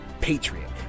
patriot